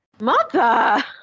Mother